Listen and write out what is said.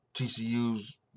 TCU's